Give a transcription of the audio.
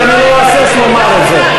ואני לא אהסס לומר את זה.